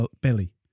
belly